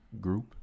group